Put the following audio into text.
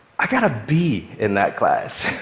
i got a b in that class.